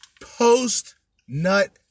Post-nut